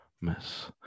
miss